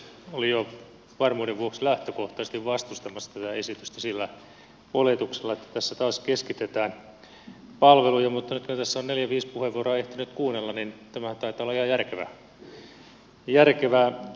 olin jo varmuuden vuoksi lähtökohtaisesti vastustamassa tätä esitystä sillä oletuksella että tässä taas keskitetään palveluja mutta nyt kun tässä on neljä viisi puheenvuoroa ehtinyt kuunnella niin tämähän taitaa olla ihan järkevä esitys